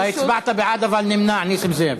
אתה הצבעת בעד, אבל נסים זאב,